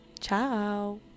Ciao